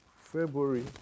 February